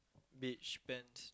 beige pants